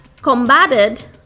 combated